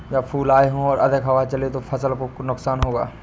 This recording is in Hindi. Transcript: जब फूल आए हों और अधिक हवा चले तो फसल को नुकसान होगा?